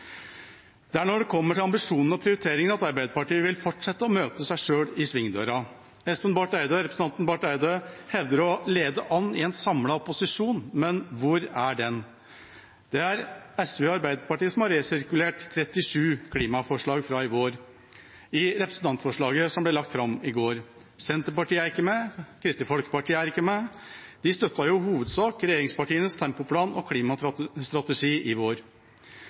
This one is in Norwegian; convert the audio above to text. Det er når det kommer til ambisjonene og prioriteringene, at Arbeiderpartiet vil fortsette å møte seg selv i svingdøra. Representanten Barth Eide hevder å lede an i en samlet opposisjon, men hvor er den? SV og Arbeiderpartiet har resirkulert 37 klimaforslag fra i vår i representantforslaget som ble lagt fram i går. Senterpartiet er ikke med, og Kristelig Folkeparti er ikke med. De støttet i hovedsak regjeringspartienes tempoplan og klimastrategi i vår.